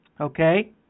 okay